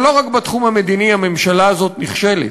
אבל לא רק בתחום המדיני הממשלה הזאת נכשלת.